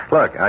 Look